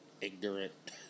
ignorant